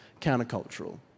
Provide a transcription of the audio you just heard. countercultural